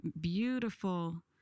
beautiful